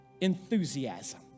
enthusiasm